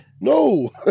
No